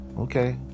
okay